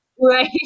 Right